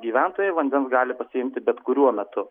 gyventojai vandens gali pasiimti bet kuriuo metu